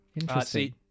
Interesting